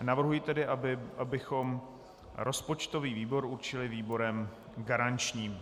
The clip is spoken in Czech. Navrhuji tedy, abychom rozpočtový výbor určili výborem garančním.